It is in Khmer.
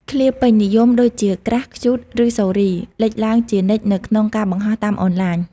ឃ្លាពេញនិយមដូចជា "crush" "cute" ឬ "sorry" លេចឡើងជានិច្ចនៅក្នុងការបង្ហោះតាមអនឡាញ។